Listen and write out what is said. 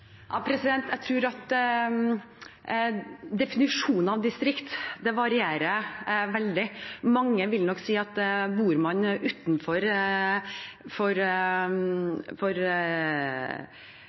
Jeg tror at definisjonen av «distrikt» varierer veldig. Mange vil nok si at bor man utenfor